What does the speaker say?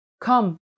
Come